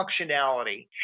functionality